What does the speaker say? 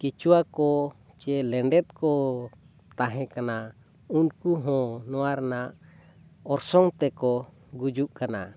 ᱠᱤᱪᱩᱣᱟᱹ ᱠᱚ ᱥᱮ ᱞᱮᱰᱮᱛ ᱠᱚ ᱛᱟᱦᱮᱸ ᱠᱟᱱᱟ ᱩᱱᱠᱩ ᱦᱚᱸ ᱱᱚᱣᱟ ᱨᱮᱱᱟᱜ ᱚᱨᱥᱚᱝ ᱛᱮᱠᱚ ᱜᱩᱡᱩᱜ ᱠᱟᱱᱟ